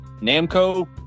namco